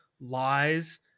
Lies